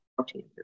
Okay